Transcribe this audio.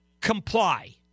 comply